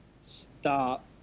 Stop